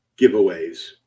giveaways